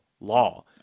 law